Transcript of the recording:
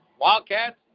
Wildcats